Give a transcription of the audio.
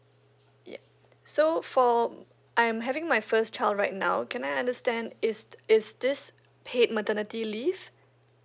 ya so for I'm having my first child right now can I understand is is this paid maternity leave